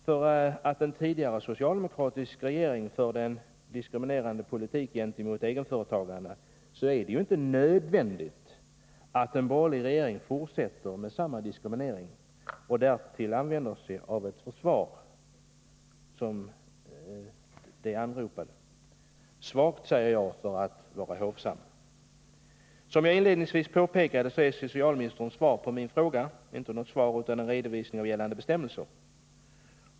Därför att en tidigare socialdemokratisk regering förde en diskriminerande politik gentemot egenföretagarna, så är det inte nödvändigt att en borgerlig regering fortsätter med samma diskriminering och därtill använder ett försvar som det här åberopade. Svagt, säger jag, för att vara hovsam. Som jag inledningsvis påpekade är socialministerns svar på min interpellation inte något svar utan en redovisning av gällande bestämmelser.